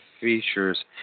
features